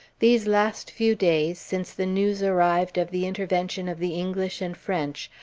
these last few days, since the news arrived of the intervention of the english and french,